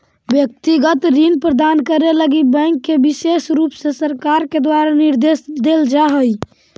व्यक्तिगत ऋण प्रदान करे लगी बैंक के विशेष रुप से सरकार के द्वारा निर्देश देल जा हई